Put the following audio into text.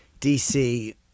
DC